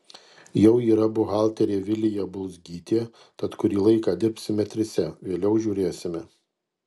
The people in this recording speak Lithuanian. jau yra buhalterė vilija bulzgytė tad kurį laiką dirbsime trise vėliau žiūrėsime